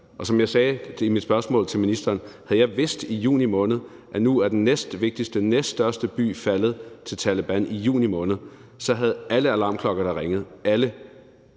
Og som jeg sagde i mit spørgsmål til ministeren: Havde jeg vidst i juni måned, at nu var den næstvigtigste by, den næststørste by, faldet, havde alle alarmklokkerne ringet – alle.